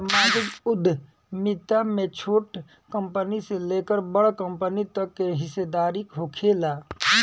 सामाजिक उद्यमिता में छोट कंपनी से लेकर बड़ कंपनी तक के हिस्सादारी होखेला